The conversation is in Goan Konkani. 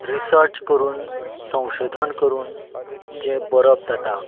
रिसर्च करून संशोधन करून जें बरप जाता